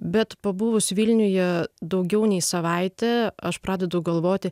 bet pabuvus vilniuje daugiau nei savaitę aš pradedu galvoti